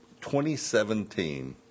2017